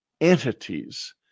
entities